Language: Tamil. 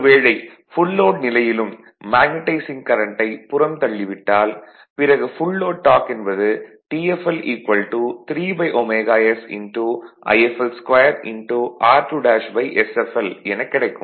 ஒரு வேளை ஃபுல் லோட் நிலையிலும் மேக்னடைசிங் கரண்ட்டை புறந்தள்ளிவிட்டால் பிறகு ஃபுல் லோட் டார்க் என்பது Tfl 3ωs Ifl2 r2sfl எனக் கிடைக்கும்